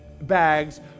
bags